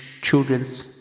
childrens